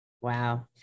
Wow